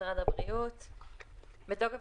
בוקר טוב לכולם,